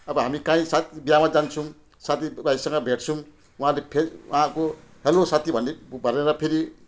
अब हामी कहीँ साथ बिहामा जान्छौँ साथीभाइसँग भेट्छौँ उहाँहरूले फेस उहाँको हेलो साथी भनी भनेर फेरि